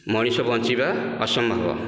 ମଣିଷ ବଞ୍ଚିବା ଅସମ୍ଭବ